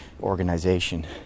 organization